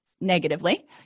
negatively